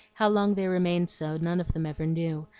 how long they remained so none of them ever knew,